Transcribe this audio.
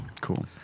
cool